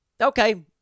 Okay